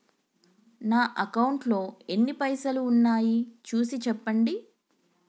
నా అకౌంట్లో ఎన్ని పైసలు ఉన్నాయి చూసి చెప్పండి?